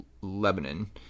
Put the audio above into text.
Lebanon